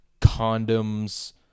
condoms